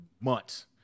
months